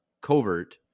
covert